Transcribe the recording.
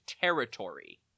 territory